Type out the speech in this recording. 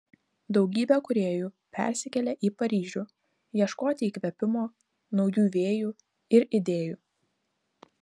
daugybė kūrėjų persikėlė į paryžių ieškoti įkvėpimo naujų vėjų ir idėjų